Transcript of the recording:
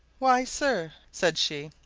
why, sir, said she.